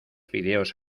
fideos